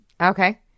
Okay